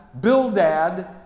Bildad